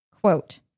quote